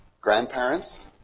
grandparents